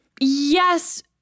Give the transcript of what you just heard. Yes